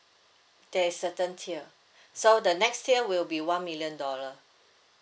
there is certain tier so the next tier will be one million dollar